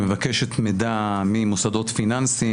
שמבקשת מידע ממוסדות פיננסיים,